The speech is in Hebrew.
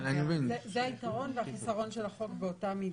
זה היתרון והחיסרון של החוק באותה מידה,